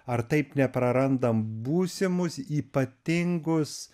ar taip neprarandam būsimus ypatingus